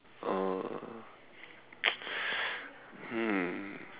oh hmm